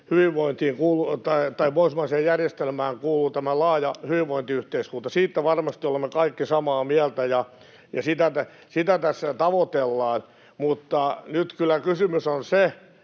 pohjoismaiseen järjestelmään kuuluu tämä laaja hyvinvointiyhteiskunta. Siitä varmasti olemme kaikki samaa mieltä ja sitä tässä tavoitellaan, mutta nyt kyllä kysymys on se,